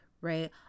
right